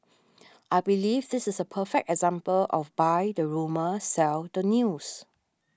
I believe this is a perfect example of buy the rumour sell the news